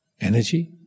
energy